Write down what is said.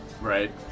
Right